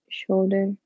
shoulder